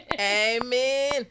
Amen